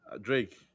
Drake